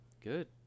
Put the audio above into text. Good